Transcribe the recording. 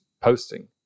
posting